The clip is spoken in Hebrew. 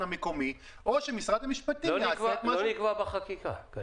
המקומי או שמשרד המשפטים -- היא לא נקבעה בחקיקה.